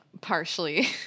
partially